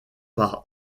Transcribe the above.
par